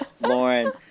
Lauren